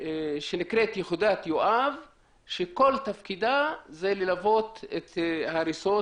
שנקראת יחידת יואב שכל תפקידה זה ללוות את ההריסות